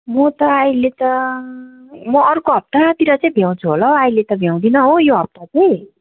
म त अहिले त म अर्को हप्तातिर चाहिँ भ्याउँछु होला हौ अहिले त भ्याउँदिनँ हो यो हप्ता चाहिँ